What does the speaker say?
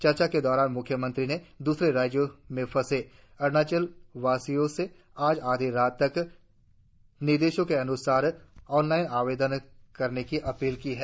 चर्चा के दौरान म्ख्य मंत्री ने दूसरे राज्यो में फंसे अरुणाचल वासियों से आज आधी रात तक निर्देशों के अन्सार ऑनलाइन आवेदन करने की अपील की है